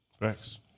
Thanks